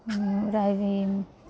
daily